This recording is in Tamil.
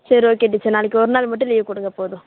சரி ஓகே டீச்சர் நாளைக்கு ஒரு நாள் மட்டும் லீவ் கொடுங்க போதும்